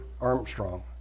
Armstrong